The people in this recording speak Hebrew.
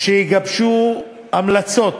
והם יגבשו המלצות